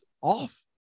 off